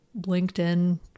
LinkedIn